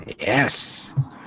yes